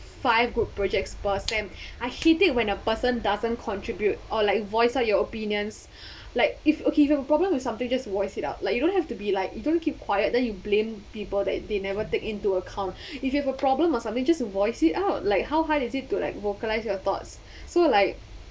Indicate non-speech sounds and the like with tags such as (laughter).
five group projects per sem I hate it when a person doesn't contribute or like voice out your opinions (breath) like if okay if have problem with something just voice it out like you don't have to be like don't keep quiet then you blame people that they never take into account (breath) if you have a problem ah something just voice it out like how hard is it to like vocalize your thoughts so like